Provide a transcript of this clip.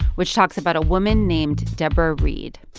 which talks about a woman named debra reid